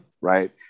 right